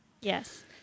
yes